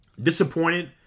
Disappointed